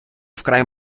вкрай